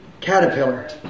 Caterpillar